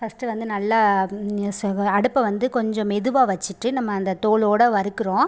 first வந்து நல்லா ச அடுப்பை வந்து கொஞ்சம் மெதுவாக வச்சுட்டு நம்ம அந்த தோலோடய வறுக்கிறோம்